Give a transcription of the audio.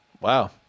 Wow